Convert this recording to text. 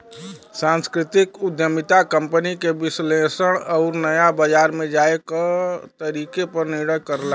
सांस्कृतिक उद्यमिता कंपनी के विश्लेषण आउर नया बाजार में जाये क तरीके पर निर्णय करला